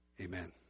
Amen